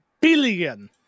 billion